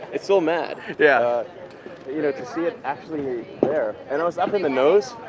it's so mad, yeah you know, to see it actually there, and i was up in the nose,